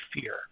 fear